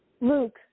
Luke